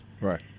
Right